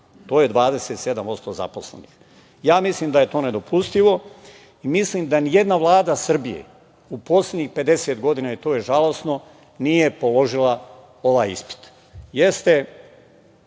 To je 27% zaposlenih. Mislim da je to nedopustivo i mislim da nijedna Vlada Srbije u poslednjih 50 godina, to je žalosno, nije položila ovaj ispit. Jeste